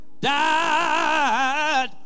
died